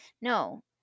no